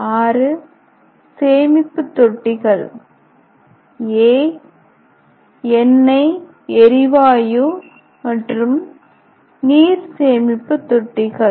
Vi சேமிப்பு தொட்டிகள் எண்ணெய் எரிவாயு மற்றும் நீர் சேமிப்பு தொட்டிகள்